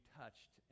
touched